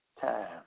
time